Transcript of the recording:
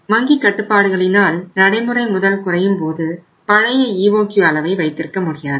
வங்கி கட்டுப்பாடுகளினால் நடைமுறை முதல் குறையும்போது பழைய EOQ அளவை வைத்திருக்க முடியாது